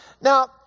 Now